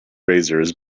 razors